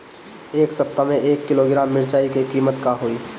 एह सप्ताह मे एक किलोग्राम मिरचाई के किमत का होई?